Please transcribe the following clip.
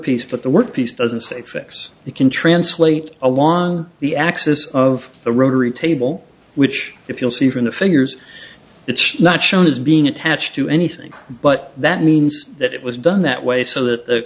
workpiece but the workpiece doesn't say fix the can translate along the axis of the rotary table which if you'll see from the figures it's not shown as being attached to anything but that means that it was done that way so that